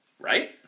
right